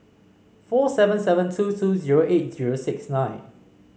four seven seven two two zero eight zero six nine